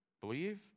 believe